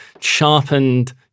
sharpened